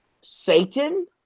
Satan